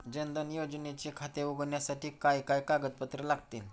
जनधन योजनेचे खाते उघडण्यासाठी काय काय कागदपत्रे लागतील?